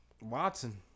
Watson